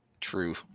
True